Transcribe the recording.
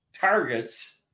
targets